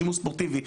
לשימוש ספורטיבי.